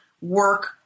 work